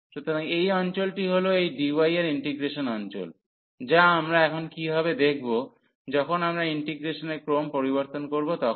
সুতরাং এই অঞ্চলটি হল এই dy এর ইন্টিগ্রেশন অঞ্চল যা আমরা এখন কী হবে দেখব যখন আমরা ইন্টিগ্রেসশনের ক্রম পরিবর্তন করব তখন